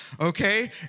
okay